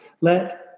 Let